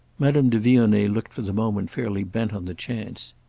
madame de vionnet looked for the moment fairly bent on the chance.